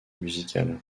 musical